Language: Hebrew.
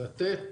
לתת